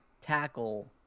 tackle